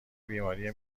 بیماری